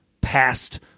past